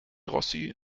rossi